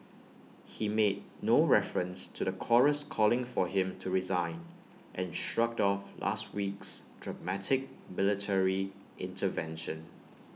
he made no reference to the chorus calling for him to resign and shrugged off last week's dramatic military intervention